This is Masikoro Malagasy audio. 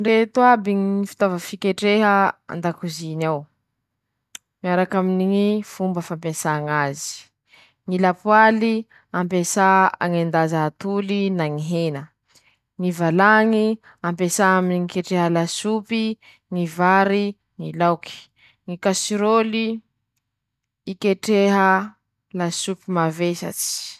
Ñ'asany ñy fahita lavitsy ajà reo: -Natao hanentea ñy raha lavitsy añy, tsy niatriky an-teña, tsy nihitan-teña ;fahita lavitsy io mañambara amin-teña, manoro an-teña, eo teña ro manenty azy, eo teña mahitaky azy; -Manahaky anizao ñy hira ñy filima, ñy desanime, tsy raha nihita-tsika reñe fa rozy ro manoro an-tsika hoe :"io ñ'ataony raha zao".